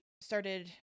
started